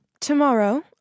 Tomorrow